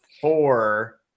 four